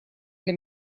для